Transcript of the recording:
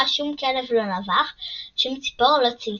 שום כלב לא נבח ושום ציפור לא צייצה.